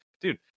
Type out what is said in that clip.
dude